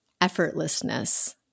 effortlessness